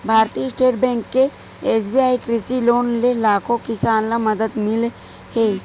भारतीय state bank के SBI कृषि लोन ले लाखो किसान ल मदद मिले हे